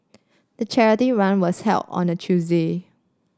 the charity run was held on a Tuesday